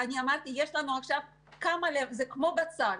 אמרתי שיש לנו כמה שכבות, כמו בצל.